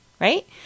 right